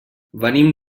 venim